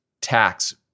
tax